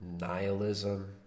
nihilism